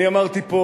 אני אמרתי פה,